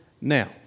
now